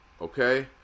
okay